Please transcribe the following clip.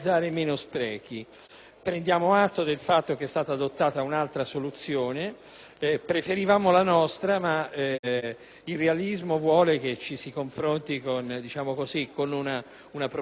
Prendiamo atto del fatto che è stata adottata un'altra soluzione. Preferivamo la nostra, ma il realismo vuole che ci si confronti con una proposta che è passata